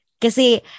Kasi